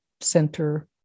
center